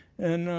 and